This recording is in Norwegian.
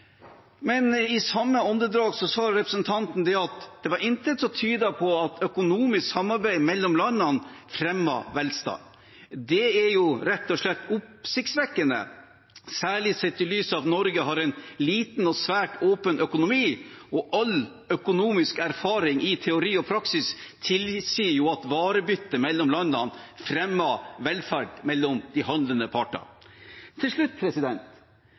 men i samme åndedrag sa representanten at det var intet som tydet på at økonomisk samarbeid mellom landene fremmer velstand. Det er rett og slett oppsiktsvekkende, særlig sett i lys av at Norge har en liten og svært åpen økonomi, og all økonomisk erfaring i teori og praksis tilsier at varebytte mellom landene fremmer velferd mellom de handlende parter.